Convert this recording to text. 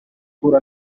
biruka